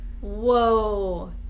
Whoa